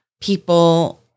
people